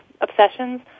obsessions